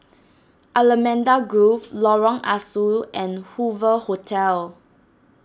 Allamanda Grove Lorong Ah Soo and Hoover Hotel